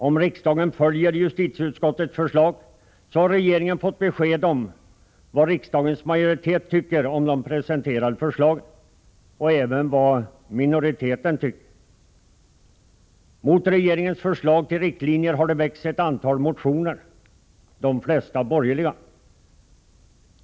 Om riksdagen följer justitieutskottets förslag, har regeringen fått besked om vad riksdagens majoritet tycker om de presenterade förslagen — och även om vad minoriteten tycker. När det gäller regeringens förslag till riktlinjer har det väckts ett antal motioner, de flesta borgerliga.